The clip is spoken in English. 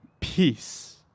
peace